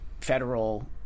federal